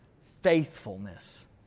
faithfulness